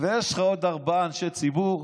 יש לך עוד ארבעה אנשי ציבור,